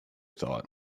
thought